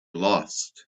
lost